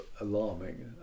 alarming